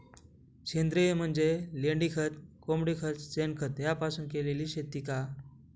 सेंद्रिय म्हणजे लेंडीखत, कोंबडीखत, शेणखत यापासून केलेली शेती का?